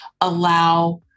allow